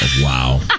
Wow